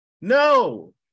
no